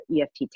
EFT